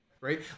right